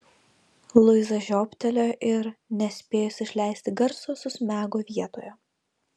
luiza žiobtelėjo ir nespėjusi išleisti garso susmego vietoje